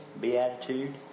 beatitude